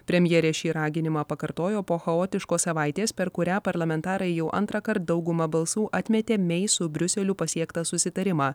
premjerė šį raginimą pakartojo po chaotiškos savaitės per kurią parlamentarai jau antrąkart dauguma balsų atmetė mei su briuseliu pasiektą susitarimą